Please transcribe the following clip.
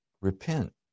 repent